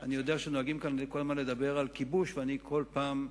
אני יודע שנוהגים כאן לדבר כל הזמן על כיבוש ואני כל פעם,